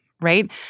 right